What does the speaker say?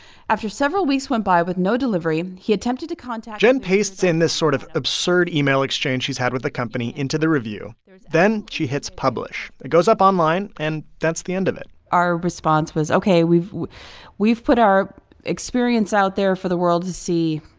after several weeks went by with no delivery, he attempted to contact. jen pastes in this sort of absurd email exchange she's had with the company into the review. then she hits publish. it goes up online, and that's the end of it our response was, ok, we've we've put our experience out there for the world to see.